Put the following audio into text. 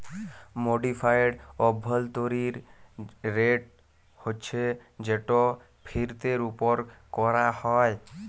modified অভ্যলতরিল rate হছে যেট ফিরতের উপর ক্যরা হ্যয়